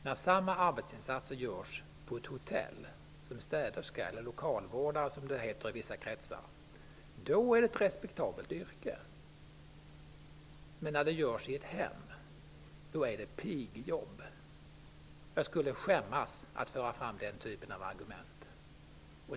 När samma arbetsinsatser utförs på ett hotell, som städerska eller lokalvårdare som det heter i vissa kretsar, är det ett respektabelt yrke. Men när de görs i ett hem är det fråga om ett pigjobb. Jag skulle skämmas över att föra fram den typen av argument.